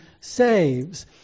saves